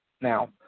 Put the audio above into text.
Now